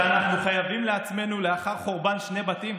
זה התיקון שאנחנו חייבים לעצמנו לאחר חורבן שני בתים.